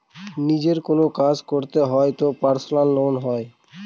নিজের কোনো কাজ করতে হয় তো পার্সোনাল লোন হয়